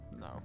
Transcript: No